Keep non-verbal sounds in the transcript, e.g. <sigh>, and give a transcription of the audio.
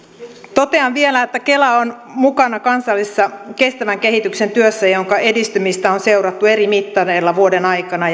totean vielä että kela on mukana kansallisessa kestävän kehityksen työssä jonka edistymistä on seurattu eri mittareilla vuoden aikana <unintelligible>